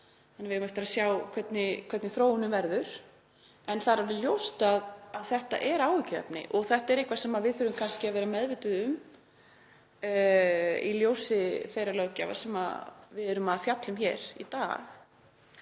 féll. Við eigum eftir að sjá hvernig þróunin verður en það er alveg ljóst að þetta er áhyggjuefni og eitthvað sem við þurfum kannski að vera meðvituð um í ljósi þeirrar löggjafar sem við erum að fjalla um hér í dag,